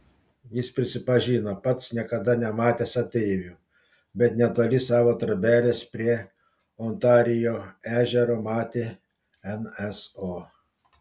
jis prisipažino pats niekada nematęs ateivių bet netoli savo trobelės prie ontarijo ežero matė nso